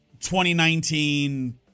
2019